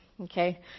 Okay